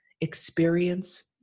experience